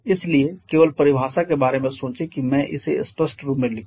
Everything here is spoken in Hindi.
इसलिए केवल परिभाषा के बारे में सोचें कि मैं इसे स्पष्ट रूप में लिखूं